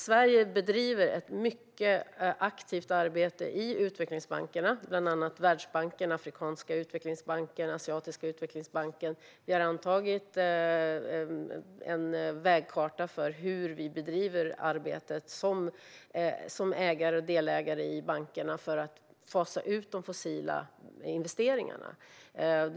Sverige bedriver ett mycket aktivt arbete i utvecklingsbankerna, bland annat Världsbanken, Afrikanska utvecklingsbanken och Asiatiska utvecklingsbanken. Vi har antagit en vägkarta för hur vi som ägare och delägare i bankerna ska bedriva arbetet för att fasa ut de fossila investeringarna.